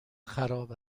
خراب